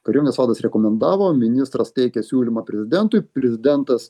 kariuomenės vadas rekomendavo ministras teikė siūlymą prezidentui prezidentas